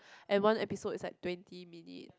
and one episode is like twenty minute